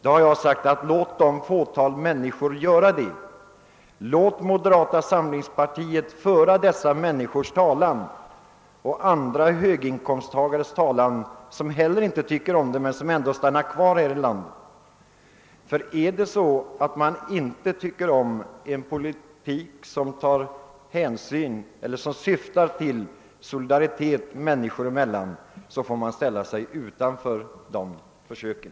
Då har jag sagt: Låt detta fåtal göra på det sättet, låt moderata samlingspartiet föra dessa människors talan och även tala för andra höginkomsttagare som heller inte tycker om reformerna men ändå stannar kvar här i landet. Ty är det så att man inte tycker om en politik som syftar till solidaritet människor emellan, så får man ställa sig utanför de försöken.